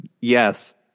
yes